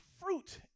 fruit